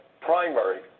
primary